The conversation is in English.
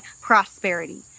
prosperity